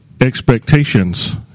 expectations